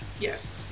yes